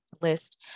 list